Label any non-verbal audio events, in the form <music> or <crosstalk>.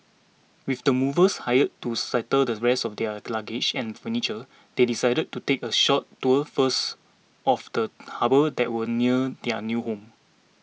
with the movers hired to settle the rest of their <unintelligible> luggage and furniture they decided to take a short tour first of the harbour that was near their new home